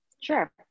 Sure